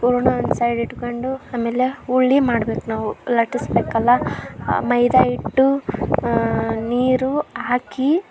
ಹೂರ್ಣ ಒಂದು ಸೈಡ್ ಇಟ್ಕಂಡು ಆಮೇಲೆ ಉಳ್ಳಿ ಮಾಡ್ಬೇಕು ನಾವು ಲಟ್ಟಿಸ್ಬೇಕಲ್ಲ ಮೈದಾಹಿಟ್ಟು ನೀರು ಹಾಕಿ